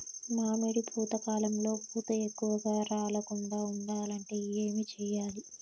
మామిడి పూత కాలంలో పూత ఎక్కువగా రాలకుండా ఉండాలంటే ఏమి చెయ్యాలి?